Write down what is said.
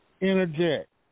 interject